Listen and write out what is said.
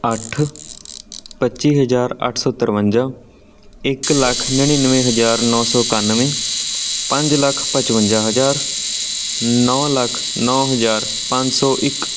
ਅੱਠ ਪੱਚੀ ਹਜ਼ਾਰ ਅੱਠ ਸੌ ਤਰਵੰਜਾ ਇੱਕ ਲੱਖ ਨੜਿੱਨਵੇ ਹਜ਼ਾਰ ਨੌ ਸੌ ਇਕਾਨਵੇਂ ਪੰਜ ਲੱਖ ਪਚਵੰਜਾ ਹਜ਼ਾਰ ਨੌ ਲੱਖ ਨੌ ਹਜ਼ਾਰ ਪੰਜ ਸੌ ਇੱਕ